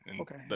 Okay